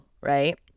right